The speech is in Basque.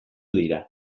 dira